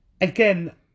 again